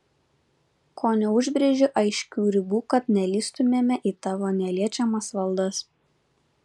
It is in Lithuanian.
ko neužbrėži aiškių ribų kad nelįstumėme į tavo neliečiamas valdas